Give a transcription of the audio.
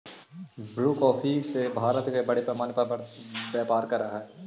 Bru coffee भी भारत में बड़े पैमाने पर व्यापार करअ हई